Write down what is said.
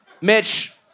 Mitch